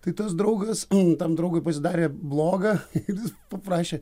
tai tas draugas tam draugui pasidarė bloga ir jis paprašė